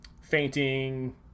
fainting